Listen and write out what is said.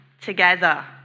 together